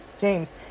James